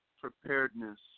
preparedness